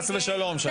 חס ושלום, שני.